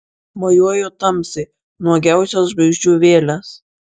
mojuoju tamsai nuogiausios žvaigždžių vėlės